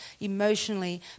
emotionally